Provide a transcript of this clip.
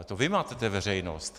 To vy matete veřejnost!